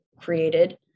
created